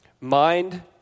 Mind